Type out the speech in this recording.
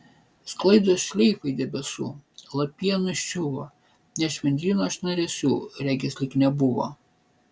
sklaidos šleifai debesų lapija nuščiuvo net švendryno šnaresių regis lyg nebuvo